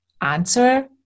answer